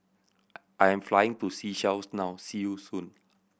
I am flying to Seychelles now see you soon